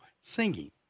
singing